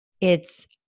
It's-